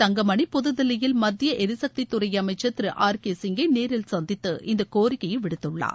தங்கமணி புதுதில்லியில் மத்திய எரிசக்தித்துறை அமைச்சர் திரு ஆர் கே சிங்கை நேரில் சந்தித்து இந்தக் கோரிக்கையை விடுத்துள்ளார்